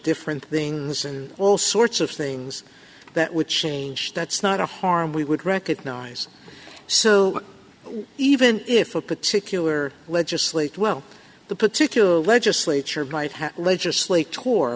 different things and all sorts of things that would change that's not a harm we would recognize so even if a particular legislate well the particular legislature